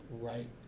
right